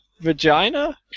vagina